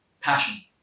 passion